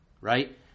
Right